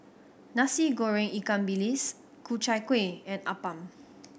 Nasi Goreng ikan bilis Ku Chai Kueh and appam